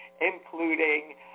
including